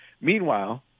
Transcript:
meanwhile